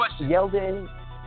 Yeldon